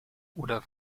oder